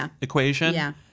equation